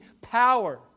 power